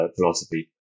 philosophy